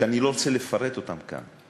אני לא רוצה לפרט אותם כאן,